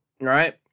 right